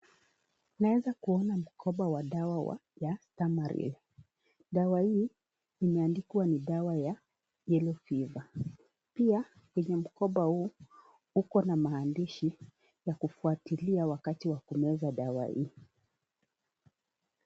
Naweza kuona mkoba wa dawa ya Stamaril. Dawa hii imeandikwa ni dawa ya yellow fever . Pia, kwenye mkoba huu uko na maandishi ya kufuatia wakati wa kumeza dawa hii.